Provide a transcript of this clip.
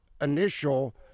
initial